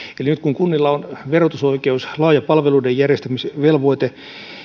eli nyt kun kunnilla on verotusoikeus ja laaja palveluiden järjestämisvelvoite